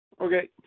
Okay